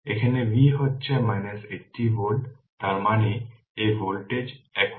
এখন V হচ্ছে 80 volt তার মানে এই ভোল্টেজ একই V